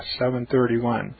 7.31